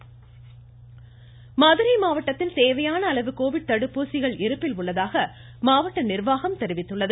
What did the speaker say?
மதுரை மதுரை மாவட்டத்தில் தேவையான அளவு கோவிட் தடுப்பூசிகள் இருப்பில் உள்ளதாக மாவட்ட நிர்வாகம் தெரிவித்துள்ளது